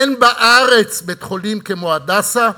אין בארץ בית-חולים כמו "הדסה"